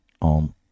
on